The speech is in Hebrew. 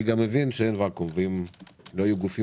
אני גם מבין שאין ואקום ואם לא יהיו גופים